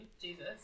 Jesus